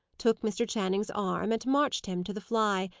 took mr. channing's arm, and marched him to the fly,